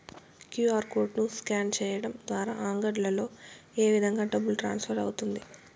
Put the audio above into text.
QR code ను scan సేయడం ద్వారా అంగడ్లలో ఏ విధంగా డబ్బు ట్రాన్స్ఫర్ అవుతుంది